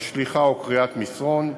ושליחה או קריאה של מסרון,